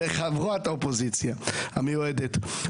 וחברת האופוזיציה המיועדת,